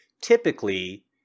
typically